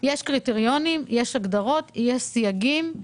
יש קריטריונים, יש הגדרות, יש סייגים,